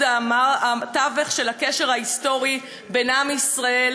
התווך של הקשר ההיסטורי בין עם ישראל,